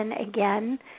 again